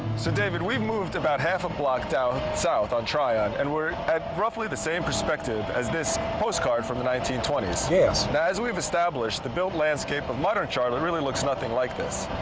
so david, we've moved about half a block down south on tryon and we're at roughly the same perspective as this postcard from the nineteen twenty s. yes. now, as we've established, the build landscape of modern charlotte really looks nothing like this.